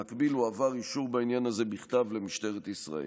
במקביל הועבר אישור בעניין הזה בכתב למשטרת ישראל.